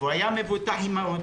והוא היה מבוטח עם האוטו.